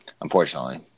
unfortunately